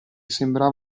sembrava